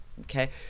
okay